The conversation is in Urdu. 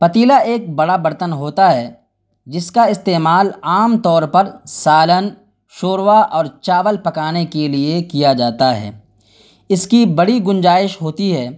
پتیلا ایک بڑا برتن ہوتا ہے جس کا استعمال عام طور پر سالن شوروا اور چاول پکانے کے لیے کیا جاتا ہے اس کی بڑی گنجائش ہوتی ہے